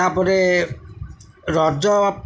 ତା'ପରେ ରଜ